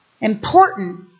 Important